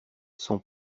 son